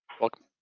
Welcome